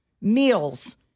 meals